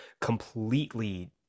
completely